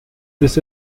this